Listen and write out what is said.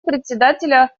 председателя